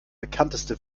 bekannteste